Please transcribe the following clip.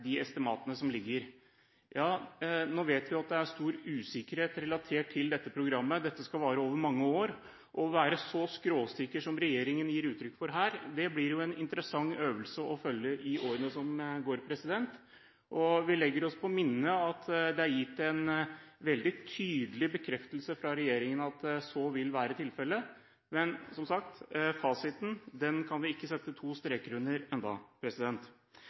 de estimatene som ligger. Vi vet at det er stor usikkerhet knyttet til det programmet – dette skal vare over mange år. Å være så skråsikker som det regjeringen gir uttrykk for her, blir jo en interessant øvelse å følge i årene som kommer. Vi legger oss på minnet at det er gitt en veldig tydelig bekreftelse fra regjeringens side om at så vil være tilfellet. Men, som sagt: Fasiten kan vi ikke sette to